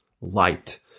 light